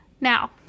Now